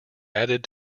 added